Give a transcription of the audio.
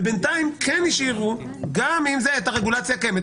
ובינתיים כן השאירו גם עם זה את הרגולציה הקיימת.